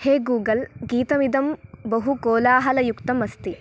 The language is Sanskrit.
हे गूगल् गीतमिदं बहु कोलाहलयुक्तं अस्ति